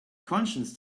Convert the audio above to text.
conscience